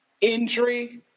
injury